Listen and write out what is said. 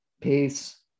Peace